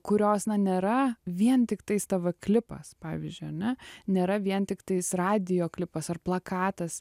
kurios na nėra vien tiktais tv klipas pavyzdžiui ane nėra vien tiktais radijo klipas ar plakatas